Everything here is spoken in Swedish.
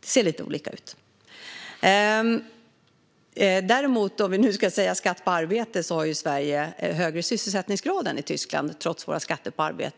Det ser lite olika ut. Om vi nu ska tala om skatt på arbete har Sverige däremot högre sysselsättningsgrad än Tyskland trots våra skatter på arbete.